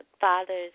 fathers